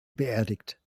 beerdigt